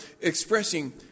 expressing